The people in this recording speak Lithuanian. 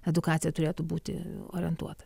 edukacija turėtų būti orientuota